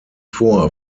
vor